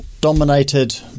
dominated